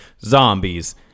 Zombies